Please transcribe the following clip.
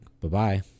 Bye-bye